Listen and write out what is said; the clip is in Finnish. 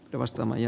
arvostamani